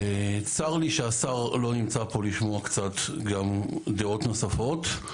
צר לי שהשר לא נמצא פה לשמוע קצת גם דעות נוספות.